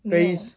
face